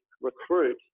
recruit